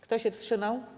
Kto się wstrzymał?